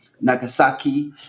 Nagasaki